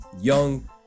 young